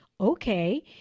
okay